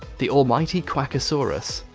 the almighty quackosaurus,